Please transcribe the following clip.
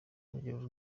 urugero